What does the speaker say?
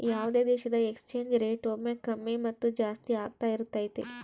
ಯಾವುದೇ ದೇಶದ exchange rate ಒಮ್ಮೆ ಕಮ್ಮಿ ಮತ್ತು ಜಾಸ್ತಿ ಆಗ್ತಾ ಇರತೈತಿ